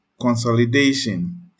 consolidation